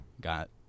Got